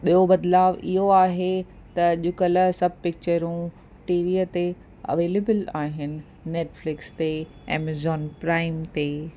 ॿियो बदिलावु इहो आहे त अॼुकल्ह सभु पिकिचरूं टीवीअ ते अवेलेबल आहिनि नेटफ्लिक्स ते एमज़ोन प्राइम ते